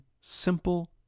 simple